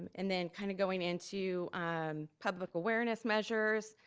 and then kinda going into um public awareness measures,